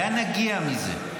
לאן נגיע מזה?